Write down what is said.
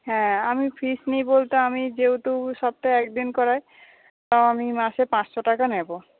হ্যাঁ আমি ফিস নিই বলতে আমি যেহেতু সপ্তাহে একদিন করাই তো আমি মাসে পাঁচশো টাকা নেব